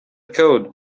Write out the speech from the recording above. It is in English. code